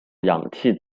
氧气